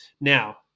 now